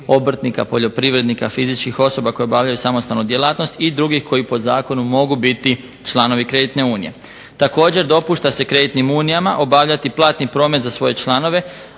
obrtnika, poljoprivrednika, fizičkih osoba koje obavljaju samostalnu djelatnost i drugih koji po zakonu mogu biti članovi kreditne unije. Također dopušta se kreditnim unijama obavljati platni promet za svoje članove,